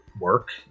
work